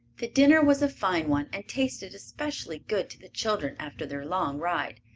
the dinner was a fine one and tasted especially good to the children after their long ride.